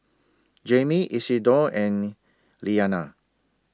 Jaime Isidore and Liliana